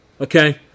Okay